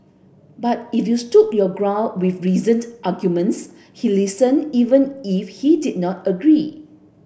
but if you stood your ground with reasoned arguments he listen even if he did not agree